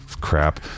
crap